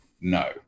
No